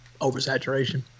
Oversaturation